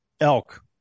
elk